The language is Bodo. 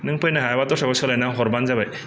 नों फैनो हायाबा दस्राखौ सोलायना हरबानो जाबाय